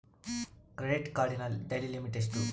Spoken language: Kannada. ಕ್ರೆಡಿಟ್ ಕಾರ್ಡಿನ ಡೈಲಿ ಲಿಮಿಟ್ ಎಷ್ಟು?